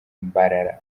mbarara